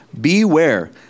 beware